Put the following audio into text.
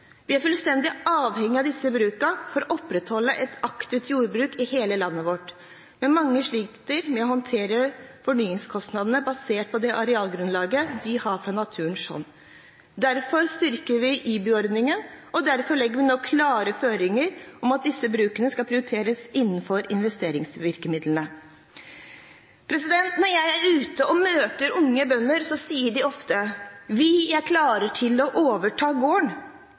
Vi er fullstendig avhengig av disse brukene for å opprettholde et aktivt landbruk i hele landet vårt, men mange sliter med å håndtere fornyingskostnadene basert på det arealgrunnlaget de har fra naturens hånd. Derfor styrker vi IBU-ordningen, og derfor legger vi nå klare føringer på at disse brukene skal prioriteres innenfor investeringsvirkemidlene. Når jeg er ute og møter unge bønder, sier de ofte at de er klare til å overta gården.